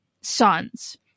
sons